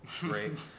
Great